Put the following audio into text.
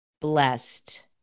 blessed